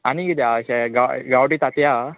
आनी किदें आशें गांव गांवटी तातयां आहा